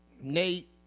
Nate